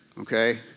Okay